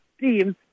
teams